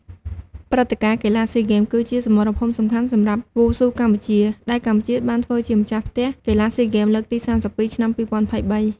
ព្រឹត្តិការណ៍ កីឡាស៊ីហ្គេមគឺជាសមរភូមិសំខាន់សម្រាប់វ៉ូស៊ូកម្ពុជា។ ដែលកម្ពុជាបានធ្វើជាម្ចាស់ផ្ទះកីឡាស៊ីហ្គេមលើកទី៣២ ឆ្នាំ២០២៣។